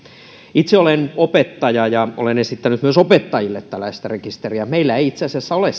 itse olen opettaja ja olen esittänyt myös opettajille tällaista rekisteriä meillä ei itse asiassa ole